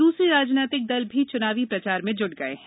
दूसरी राजनैतिक दल भी चुनाव प्रचारमें जुटे है